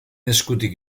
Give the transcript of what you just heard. eskutik